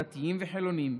דתיים וחילונים,